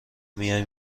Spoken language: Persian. میای